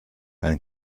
einen